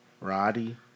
Roddy